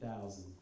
thousand